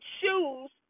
choose